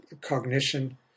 cognition